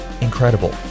incredible